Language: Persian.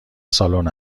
سالن